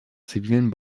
zivilen